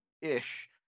ish